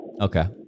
Okay